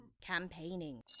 Campaigning